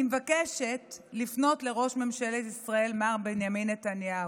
אני מבקשת לפנות לראש ממשלת ישראל מר בנימין נתניהו: